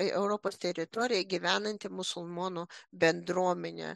europos teritorijoj gyvenanti musulmonų bendruomenė